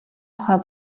нохой